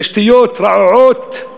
תשתיות רעועות,